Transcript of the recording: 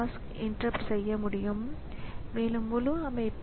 எனவே இது bootstrap program என்று அழைக்கப்படுகிறது